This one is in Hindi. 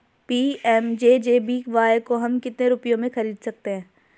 पी.एम.जे.जे.बी.वाय को हम कितने रुपयों में खरीद सकते हैं?